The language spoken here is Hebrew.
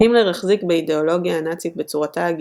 הימלר החזיק באידאולוגיה הנאצית בצורתה הגזענית,